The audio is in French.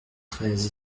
treize